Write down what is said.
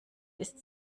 ist